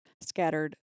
scattered